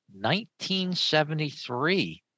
1973